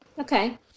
Okay